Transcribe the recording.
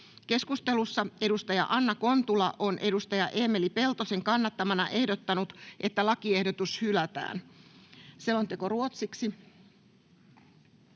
Keskustelussa edustaja Anna Kontula on edustaja Eemeli Peltosen kannattamana ehdottanut, että lakiehdotus hylätään. — Selonteko ruotsiksi.